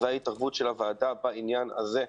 ואת ההתערבות של הוועדה גם בעניין הזה,